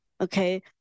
okay